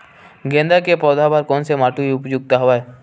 गेंदा के पौधा बर कोन से माटी उपयुक्त हवय?